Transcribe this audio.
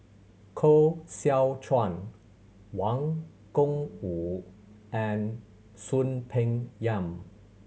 Koh Seow Chuan Wang Gungwu and Soon Peng Yam